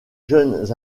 jeunes